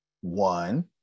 one